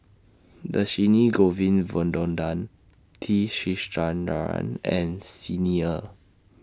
Dhershini Govin Winodan T Sasitharan and Xi Ni Er